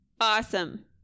Awesome